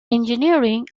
engineering